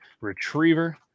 Retriever